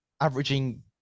averaging